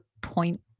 point